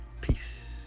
Peace